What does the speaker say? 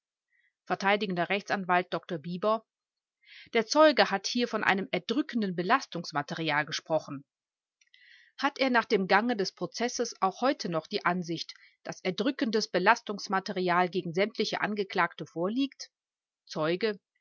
vert rechtsanwalt dr bieber der zeuge hat hier von einem erdrückenden belastungsmaterial gesprochen hat er nach dem gange des prozesses auch heute noch die ansicht daß erdrückendes belastungsmaterial gegen sämtliche angeklagte vorliegt zeuge